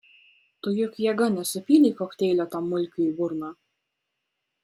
tu juk jėga nesupylei kokteilio tam mulkiui į burną